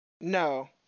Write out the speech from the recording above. No